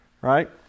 right